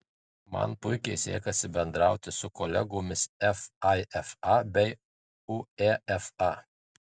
man puikiai sekasi bendrauti su kolegomis fifa bei uefa